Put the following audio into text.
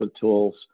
tools